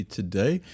today